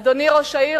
אדוני ראש העיר,